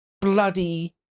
bloody